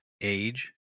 age